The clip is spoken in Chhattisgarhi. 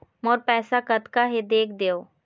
मोर पैसा कतका हे देख देव?